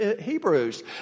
Hebrews